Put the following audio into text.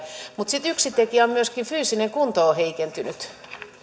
mutta sitten yksi tekijä on myöskin se että fyysinen kunto on heikentynyt